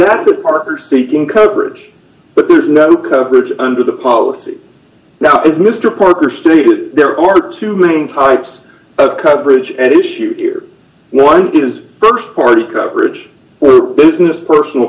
the park are seeking coverage but there's no coverage under the policy now is mr parker stated there are two main types of coverage and issue here one is st party coverage for business personal